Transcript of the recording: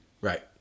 Right